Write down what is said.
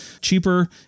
cheaper